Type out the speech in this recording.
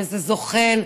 זה זוחל.